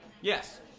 Yes